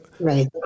right